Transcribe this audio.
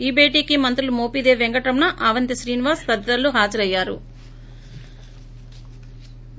ఈ భేటీకీ మంత్రులు మాపిదేవి పెంకటరమణ అవంతి శ్రీనివాస్ తదితరులు హాజరయ్యారు